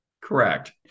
Correct